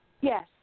Yes